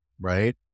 right